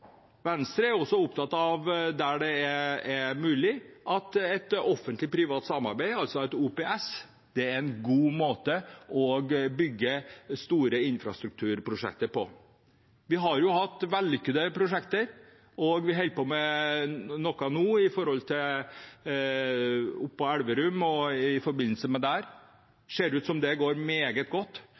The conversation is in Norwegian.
Venstre er også opptatt av at offentlig–privat samarbeid, altså OPS, er en god måte å bygge store infrastrukturprosjekter på, der det er mulig. Vi har jo hatt vellykkede prosjekter, og vi holder på med noe nå i Elverum, og det ser ut som det går meget godt, med tanke på både løsningen for bilistene og forventningene i lokalsamfunnet, som får en ny, god vei. Ikke minst, som